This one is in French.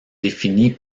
défini